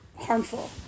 harmful